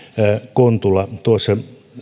kontula tuossa